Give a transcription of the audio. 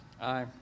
aye